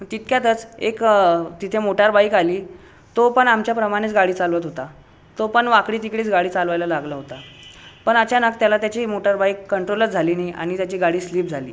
तितक्यातच एक अ तिथे मोटारबाईक आली तो पण आमच्याप्रमाणेच गाडी चालवत होता तो पण वाकडीतिकडीच गाडी चालवायला लागला होता पण अचानक त्याला त्याची मोटारबाईक कंट्रोलच झाली नाही आणि त्याची गाडी स्लिप झाली